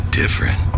different